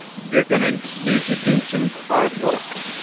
you're going to need to do some hard work?